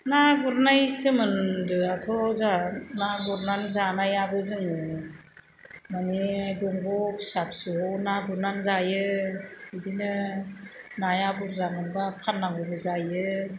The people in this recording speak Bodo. ना गुरनाय सोमोन्दोआथ' जोंहा ना गुरनानै जानायाबो जोङो माने दंग' फिसा फिसौआव ना गुरनानै जायो बिदिनो नाया बुरजा मोनबा फाननांगौबो जायो